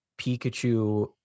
Pikachu